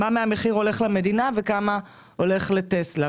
מה מהמחיר הולך למדינה, וכמה הולך ל"טסלה".